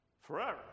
forever